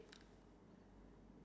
ya I think that's nice